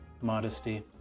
modesty